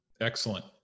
excellent